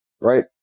right